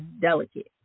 delicate